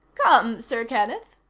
come, sir kenneth,